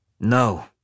No